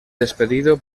despedido